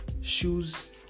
shoes